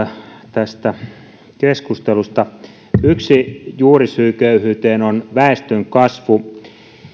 tästä keskustelusta yksi juurisyy köyhyyteen on väestönkasvu